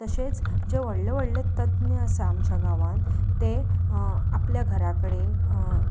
तशेंच जे व्हडले व्हडले तज्ञ आसा आमच्या गांवांत ते आपल्या घराकडेन